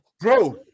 Bro